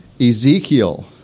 Ezekiel